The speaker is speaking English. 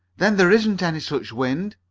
then there isn't any such wind?